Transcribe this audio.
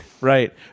right